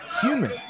human